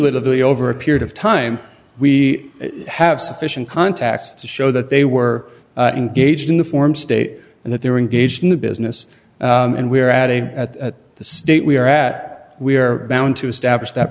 the over a period of time we have sufficient contacts to show that they were engaged in the form state and that they were engaged in the business and we're at a at the state we are at we're bound to establish that